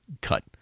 cut